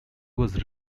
was